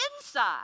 inside